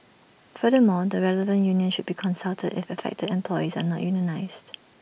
furthermore the relevant union should be consulted if affected employees are unionised